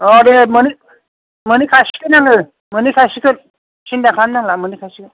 औ दे मानि मोनहैखासिगोन आङो मोनहैखासिगोन सिन्था खालाम नांला मोनहैखासिगोन